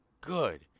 good